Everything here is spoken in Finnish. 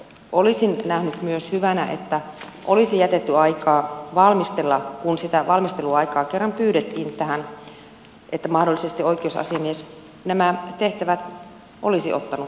olisin nähnyt hyvänä myös sen että olisi jätetty aikaa valmistella kun sitä valmisteluaikaa kerran pyydettiin tähän että mahdollisesti oikeusasiamies nämä tehtävät olisi ottanut hoitaakseen